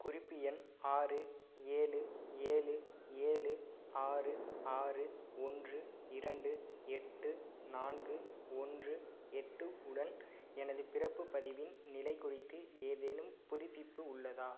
குறிப்பு எண் ஆறு ஏழு ஏழு ஏழு ஆறு ஆறு ஒன்று இரண்டு எட்டு நான்கு ஒன்று எட்டு உடன் எனது பிறப்புப் பதிவின் நிலை குறித்து ஏதேனும் புதுப்பிப்பு உள்ளதா